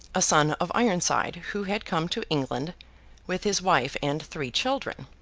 a son of ironside, who had come to england with his wife and three children,